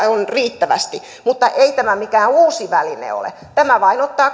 on riittävästi mutta ei tämä mikään uusi väline ole tämä vain ottaa